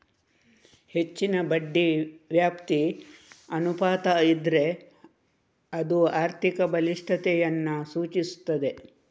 ಹೆಚ್ಚಿನ ಬಡ್ಡಿ ವ್ಯಾಪ್ತಿ ಅನುಪಾತ ಇದ್ರೆ ಅದು ಆರ್ಥಿಕ ಬಲಿಷ್ಠತೆಯನ್ನ ಸೂಚಿಸ್ತದೆ